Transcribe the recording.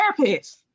therapist